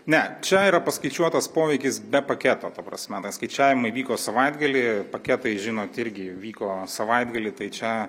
ne čia yra paskaičiuotas poveikis be paketo ta prasme ten skaičiavimai vyko savaitgalį paketai žinot irgi vyko savaitgalį tai čia